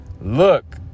Look